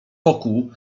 boku